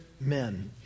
men